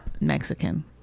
Mexican